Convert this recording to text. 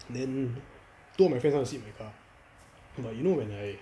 then two of my friends want to sit my car but you know when I